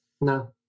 No